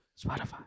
Spotify